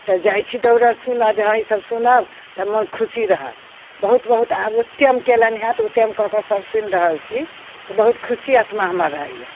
तऽ जाइत छी दौड़ल सुनऽ जे हँ ई सभ सुनब तऽ मन खुशी रहत बहुत बहुत आब उत्तम कयलनि हँ तऽ उत्तम कऽ कऽ हम सुनि रहल छी तऽ बहुत खुशी आत्मा हमर रहैया